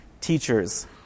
teachers